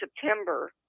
september